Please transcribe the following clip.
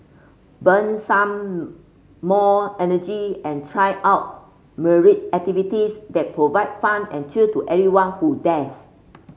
burn some more energy and try out myriad activities that provide fun and thrill to anyone who dares